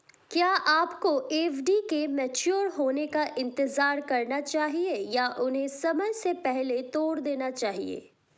क्या आपको एफ.डी के मैच्योर होने का इंतज़ार करना चाहिए या उन्हें समय से पहले तोड़ देना चाहिए?